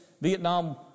Vietnam